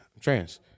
trans